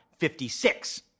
56